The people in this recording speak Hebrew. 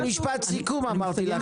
אמרתי לך